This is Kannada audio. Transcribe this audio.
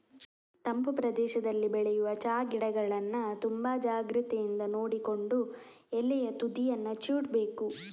ತಂಪು ಪ್ರದೇಶದಲ್ಲಿ ಬೆಳೆಯುವ ಚಾ ಗಿಡಗಳನ್ನ ತುಂಬಾ ಜಾಗ್ರತೆಯಿಂದ ನೋಡಿಕೊಂಡು ಎಲೆಯ ತುದಿಯನ್ನ ಚಿವುಟ್ಬೇಕು